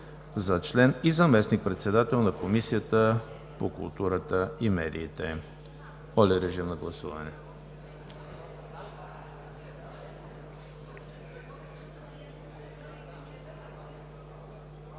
за член и заместник-председател на Комисията по културата и медиите.“ Моля, режим на гласуване.